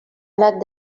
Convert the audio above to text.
anat